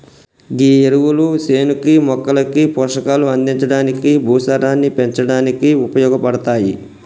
గీ ఎరువులు సేనుకి మొక్కలకి పోషకాలు అందించడానికి, భూసారాన్ని పెంచడానికి ఉపయోగపడతాయి